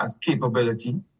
capability